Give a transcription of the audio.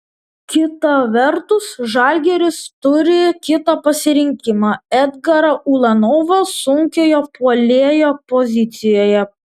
kita vertus žalgiris turi kitą pasirinkimą edgarą ulanovą sunkiojo puolėjo pozicijoje